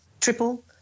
triple